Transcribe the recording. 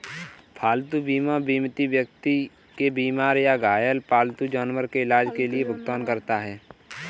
पालतू बीमा बीमित व्यक्ति के बीमार या घायल पालतू जानवर के इलाज के लिए भुगतान करता है